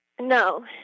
No